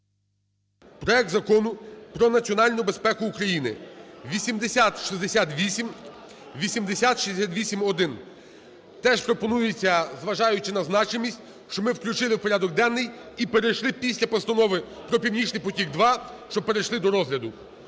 Проект Закону про національну безпеку України (8068, 8068-1). Теж пропонується, зважаючи на значимість, щоб ми включили в порядок денний і перейшли після постанови про "Північний потік 2", щоб перейшли до розгляду.